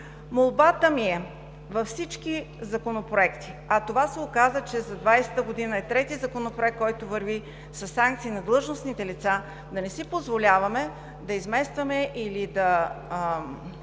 Молбата ми е във всички законопроекти, а това се оказа, че за 2020 г. е третият законопроект, който върви със санкции на длъжностните лица, да не си позволяваме да изместваме или да